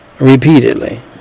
repeatedly